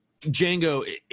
Django